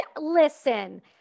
listen